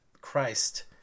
christ